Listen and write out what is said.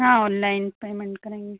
हाँ online payment करेंगे